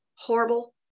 horrible